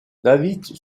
david